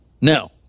Now